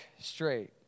straight